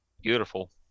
beautiful